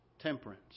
Temperance